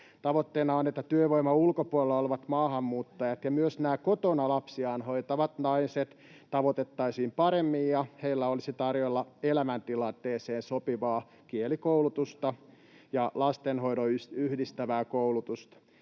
Tavoitteena on, että työvoiman ulkopuolella olevat maahanmuuttajat ja myös nämä kotona lapsiaan hoitavat naiset tavoitettaisiin paremmin ja heille olisi tarjolla elämäntilanteeseen sopivaa, kielikoulutuksen ja lastenhoidon yhdistävää koulutusta.